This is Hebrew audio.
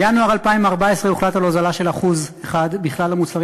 בינואר 2014 הוחלט על הוזלה של 1% בכלל המוצרים